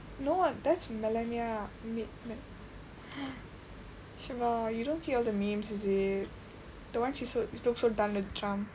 no that's melenia meh shiva you don't see all the memes is it the one she sold she looked so done with trump